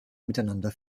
miteinander